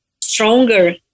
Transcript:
stronger